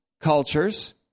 cultures